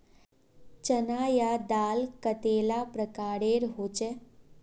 चना या दाल कतेला प्रकारेर होचे?